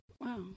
Wow